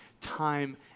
time